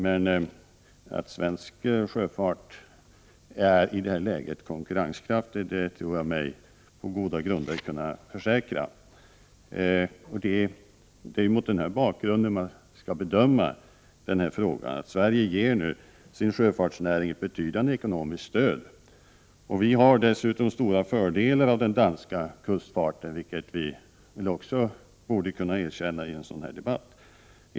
Att svensk sjöfart i detta läge är konkurrenskraftig tror jag mig på goda grunder kunna försäkra. Det är mot denna bakgrund man skall bedöma denna fråga: Sverige ger nu sin sjöfartsnäring betydande ekonomiskt stöd. Vi har dessutom stora fördelar av den danska kustfarten, vilket vi också borde kunna erkänna i en sådan här debatt.